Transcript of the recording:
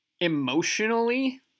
emotionally –